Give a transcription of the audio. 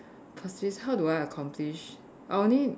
persist how do I accomplish I only